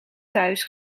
thuis